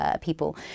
people